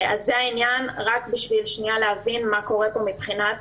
זה העניין רק בשביל להבין מה קורה פה מבחינת